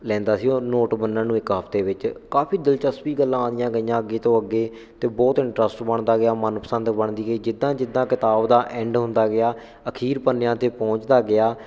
ਲੈਂਦਾ ਸੀ ਉਹ ਨੋਟ ਬੰਨਣ ਨੂੰ ਇੱਕ ਹਫਤੇ ਵਿੱਚ ਕਾਫੀ ਦਿਲਚਸਪੀ ਗੱਲਾਂ ਆਉਂਦੀਆਂ ਗਈਆਂ ਅੱਗੇ ਤੋਂ ਅੱਗੇ ਅਤੇ ਬਹੁਤ ਇੰਟਰਸਟ ਬਣਦਾ ਗਿਆ ਮਨਪਸੰਦ ਬਣਦੀ ਗਈ ਜਿੱਦਾਂ ਜਿੱਦਾਂ ਕਿਤਾਬ ਦਾ ਐਂਡ ਹੁੰਦਾ ਗਿਆ ਅਖੀਰ ਪੰਨਿਆਂ 'ਤੇ ਪਹੁੰਚਦਾ ਗਿਆ